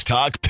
Talk